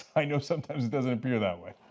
i know sometimes it doesn't appear that way,